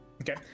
Okay